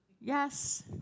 Yes